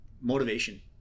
motivation